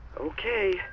Okay